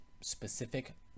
specific